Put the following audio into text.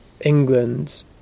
England